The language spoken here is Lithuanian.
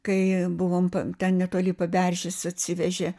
kai buvom pa ten netoli paberžės atsivežė